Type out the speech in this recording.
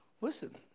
Listen